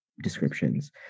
descriptions